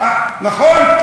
נכון?